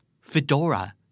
fedora